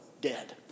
dead